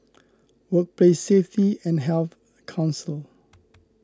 Workplace Safety and Health Council